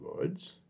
goods